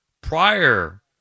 prior